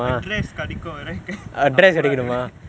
address கிடைக்கிறவரைக்கும் நான் போராடுவேன்:kidaikiravaraikum naan poraduvaen